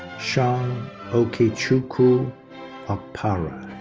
shawn okechukwu okpara.